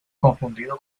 confundido